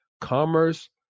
commerce